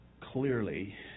clearly